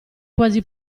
quasi